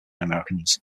americans